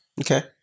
Okay